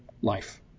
life